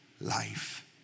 life